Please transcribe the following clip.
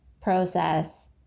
process